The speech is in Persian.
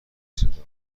صدا